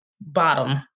Bottom